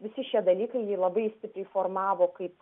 visi šie dalykai jį labai stipriai formavo kaip